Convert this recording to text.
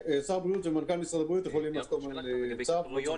הבריאות ומנכ"ל משרדו יכולים לחתום על צו.